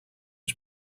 its